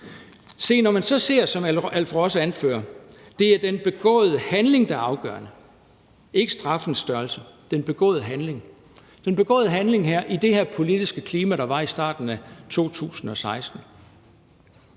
ser på, at det, som Alf Ross anfører, er den begåede handling, der er afgørende, og ikke straffens størrelse – den begåede handling i det her politiske klima, der var i starten af 2016